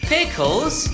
Pickles